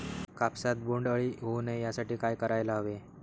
कापसात बोंडअळी होऊ नये यासाठी काय करायला हवे?